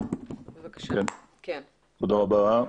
תודה רבה.